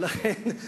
ולכן,